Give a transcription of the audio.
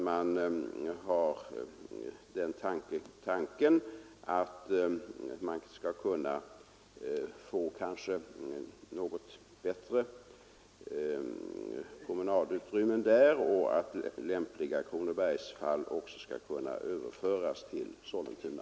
Man har då tänkt sig att man skall kunna få något bättre promenadutrymmen där och att lämpliga Kronobergsfall skall kunna överföras till Sollentuna.